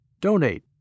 Donate